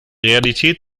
realität